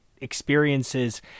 experiences